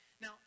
Now